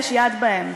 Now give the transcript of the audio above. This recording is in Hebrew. יש יד בהם.